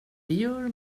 gör